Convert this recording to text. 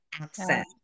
access